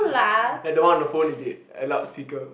like the one of the phone is it a loudspeaker